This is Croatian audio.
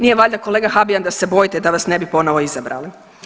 Nije valjda kolega Habijan da se bojite da vas ne bi ponovno izabrali.